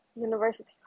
University